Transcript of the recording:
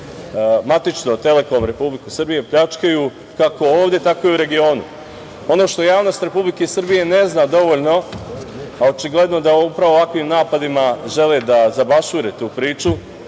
„Telekom“ Republike Srbije pljačkaju kako ovde tako i u regionu. Ono što javnost Republike Srbije ne zna dovoljno, a očigledno da upravo ovakvim napadima žele da zabašure tu priču,